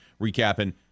recapping